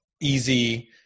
easy